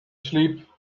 sleep